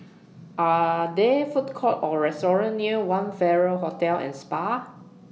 Are There Food Courts Or restaurants near one Farrer Hotel and Spa